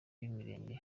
b’imirenge